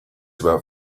about